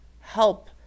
help